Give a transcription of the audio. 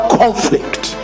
conflict